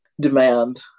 demand